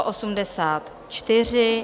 84.